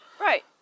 Right